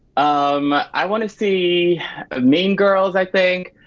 um i wanna see ah mean girls i think.